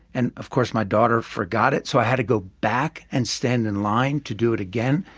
and of course, my daughter forgot it, so i had to go back and stand in line to do it again.